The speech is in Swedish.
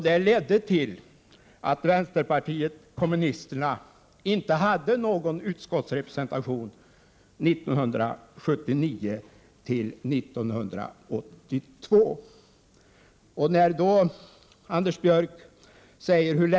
Det ledde till att vänsterpartiet kommunisterna inte hade någon utskottsre presentation åren 1979-1982. När Anders Björck säger att det skulle vara lätt — Prot.